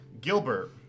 Gilbert